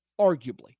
arguably